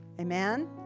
Amen